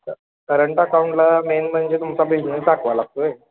current अकाऊंटला main म्हणजे तुमचा बिझनेस दाखवावा लागतो आहे